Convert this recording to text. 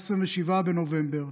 27 בנובמבר,